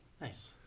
Nice